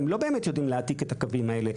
הם לא באמת יודעים להעתיק את הקווים האלה,